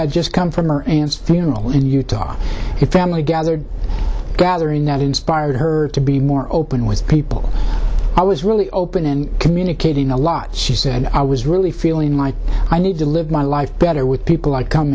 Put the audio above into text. had just come from a funeral in utah family gathered gathering that inspired her to be more open with people i was really open and communicating a lot she said i was really feeling like i need to live my life better with people i come